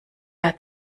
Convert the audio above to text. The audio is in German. hat